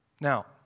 Now